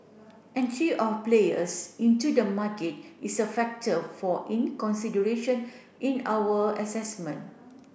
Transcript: entry of players into the market is a factor for in consideration in our assessment